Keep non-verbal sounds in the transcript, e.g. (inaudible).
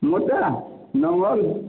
ମୋର୍ଟା (unintelligible)